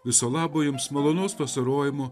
viso labo jums malonaus vasarojimo